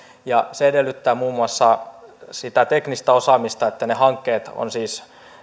se edellyttää muun muassa sitä teknistä osaamista että ne hankkeet on siis